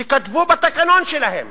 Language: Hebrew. שכתבו בתקנון שלהם